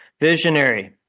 Visionary